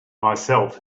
myself